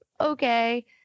okay